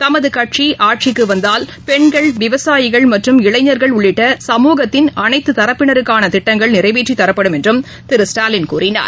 தமதுகட்சிஆட்சிக்குவந்தால் பெண்கள் விவசாயிகள் மற்றும் இளைஞர்கள் உள்ளிட்ட சமூகத்தின் அனைத்துரப்பினருக்கானதிட்டங்கள் நிறைவேற்றித்தரப்படும் என்றுதிரு ஸ்டாலின் கூறினார்